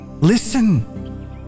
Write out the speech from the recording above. Listen